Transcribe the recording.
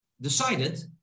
decided